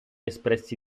espressi